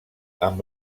amb